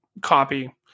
copy